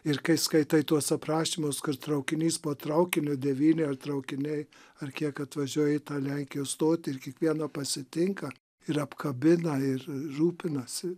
ir kai skaitai tuos aprašymus kur traukinys po traukinio devyni ar traukiniai ar kiek atvažiuoja į tą lenkijos stotį ir kiekvieną pasitinka ir apkabina ir rūpinasi